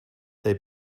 they